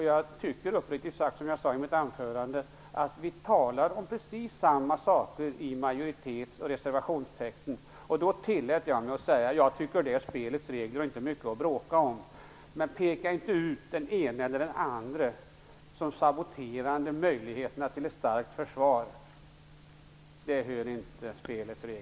Jag tycker uppriktigt sagt att det talas om precis samma saker i majoritets respektive reservationstexten. Jag tillät mig att säga att det tillhör spelets regler och att det inte är mycket att bråka om. Men peka inte ut den ena eller den andre som sabotörer för ett starkt försvar! Det hör inte till spelets regler.